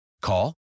Call